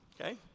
Okay